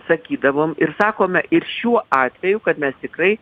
sakydavom ir sakome ir šiuo atveju kad mes tikrai